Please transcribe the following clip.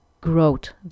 growth